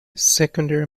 secondary